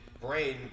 brain